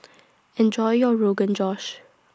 Enjoy your Rogan Josh